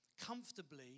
comfortably